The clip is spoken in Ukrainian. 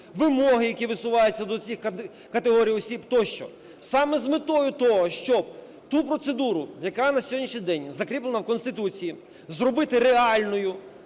вимоги, які висуваються до цих категорій осіб, тощо. Саме з метою того, щоб ту процедуру, яка на сьогоднішній день закріплена в Конституції, зробити реальною